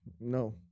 No